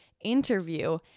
interview